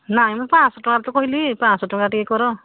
ନାଇଁ ମୁଁ ପାଞ୍ଚ ଶହ ଟଙ୍କାରେ ତ କହିଲି ପାଞ୍ଚ ଶହ ଟଙ୍କା ଟିକେ କର